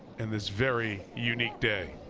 in this very unique day.